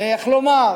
איך לומר?